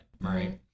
Right